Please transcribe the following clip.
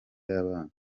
y’abana